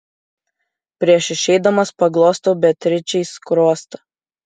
prieš išeidamas paglostau beatričei skruostą